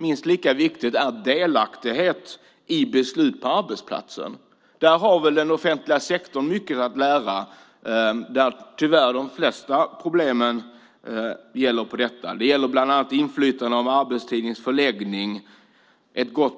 Minst lika viktig är delaktighet i beslut på arbetsplatsen. Där har den offentliga sektorn mycket att lära, och de flesta problemen gäller tyvärr detta. Det gäller bland annat inflytande över arbetstidens förläggning. Man